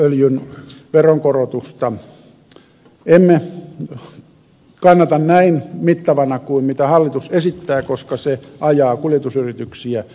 edelleen dieselöljyn veronkorotusta emme kannata näin mittavana kuin hallitus esittää koska se ajaa kuljetusyrityksiä vaikeuksiin